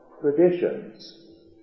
traditions